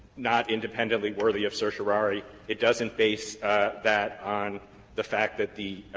not independently worthy of certiorari. it doesn't base that on the fact that the